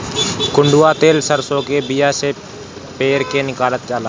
कड़ुआ तेल सरसों के बिया से पेर के निकालल जाला